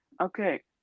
Okay